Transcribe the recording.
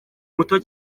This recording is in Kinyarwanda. muto